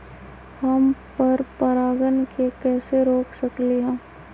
हम पर परागण के कैसे रोक सकली ह?